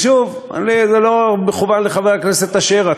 ושוב, זה לא מכוון לחבר הכנסת אשר.